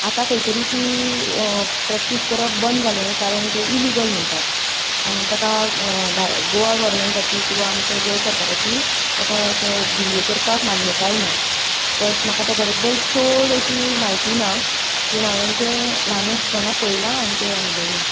आतां खंय तरी ती प्रॅक्टीस करप बंद जालें कारण तें इलिगल म्हणटात आनी तेका गोआ गव्हर्मेंटाची किंवां आमचे गोंय सरकाराची ताका ते धिऱ्यो करपाक मान्यताय ना बट म्हाका तेज्या बद्दल चड अशी म्हायती ना पूण हांवें तें ल्हान आसतना पळयलां आनी तें अनभवलां